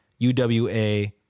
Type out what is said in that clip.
UWA